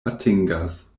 atingas